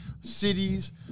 cities